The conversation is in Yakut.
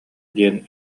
диэн